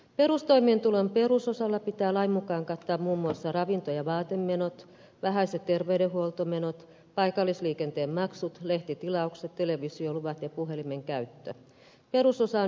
perustoimeentulon perusosalla pitää lain mukaan kattaa muun muassa ravinto ja vaatemenot vähäiset terveydenhuoltomenot paikallisliikenteen maksut lehtitilaukset televisioluvat ja puhelimen käyttö